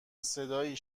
صدایی